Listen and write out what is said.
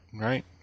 right